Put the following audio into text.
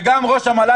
וגם ראש המל"ל,